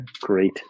Great